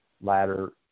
latter